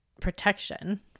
protection